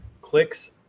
clicks